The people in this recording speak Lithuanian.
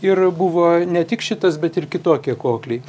ir buvo ne tik šitas bet ir kitokie kokliai